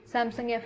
Samsung